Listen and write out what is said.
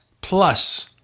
Plus